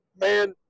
man